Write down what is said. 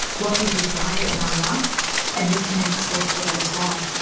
what we desire in our life and we can make space for that as well.